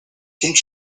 think